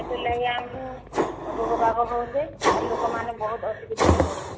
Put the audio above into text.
ସେଥିଲାଗି ଆମକୁ ରୋଗ ବାଗ ହେଉଛେ ଆହୁରି ଲୁକମାନେ ବହୁତ ଅସୁବିଧାରେ ପଡୁଛନ୍